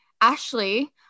Ashley